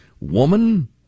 woman